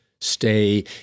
Stay